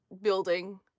building